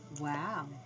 Wow